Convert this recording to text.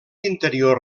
interior